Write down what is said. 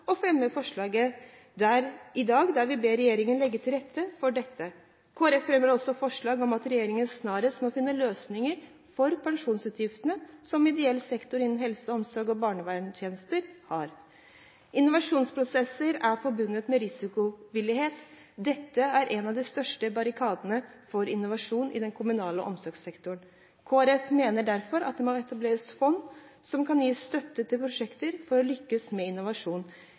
vi fremmer i dag et forslag, der vi ber regjeringen legge til rette for dette. Kristelig Folkeparti fremmer også et forslag om at regjeringen snarest må finne løsninger for pensjonsutgiftene som ideell sektor har innen helse-, omsorgs- og barnevernstjenester. Innovasjonsprosesser er forbundet med villighet til å ta risiko. Dette er en av de største barrierene for innovasjon i den kommunale omsorgssektoren. Kristelig Folkeparti mener derfor at det for å lykkes med innovasjon, må etableres fond som kan gi støtte til prosjekter,